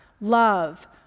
love